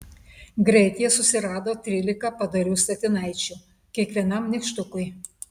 greit jie susirado trylika padorių statinaičių kiekvienam nykštukui